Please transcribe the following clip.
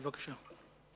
בבקשה.